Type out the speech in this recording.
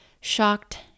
Shocked